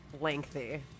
Lengthy